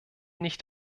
nicht